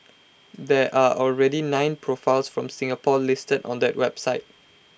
there are already nine profiles from Singapore listed on that website